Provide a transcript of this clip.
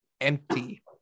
empty